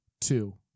two